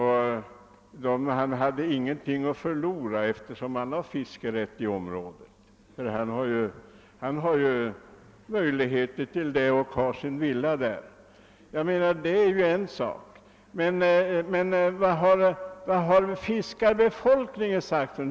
Han hade heller inget att förlora eftersom han redan har fiskerätt i området; hans sommarvilla ligger där. Men vad anser fiskarbefolkningen?